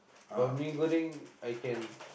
for mee-goreng I can